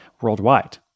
worldwide